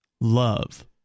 love